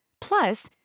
Plus